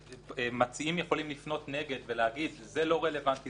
מציעים יכולים לפנות נגד ולהגיד: זה לא רלוונטי,